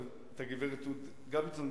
את הגברת רות גביזון,